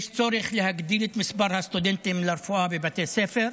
יש צורך להגדיל את מספר הסטודנטים לרפואה בבתי הספר.